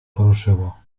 poruszyło